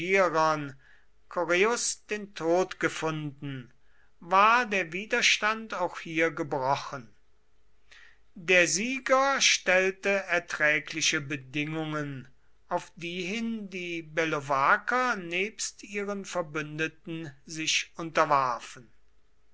den tod gefunden war der widerstand auch hier gebrochen der sieger stellte erträgliche bedingungen auf die hin die bellovaker nebst ihren verbündeten sich unterwarfen